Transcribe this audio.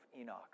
Enoch